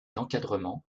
d’encadrement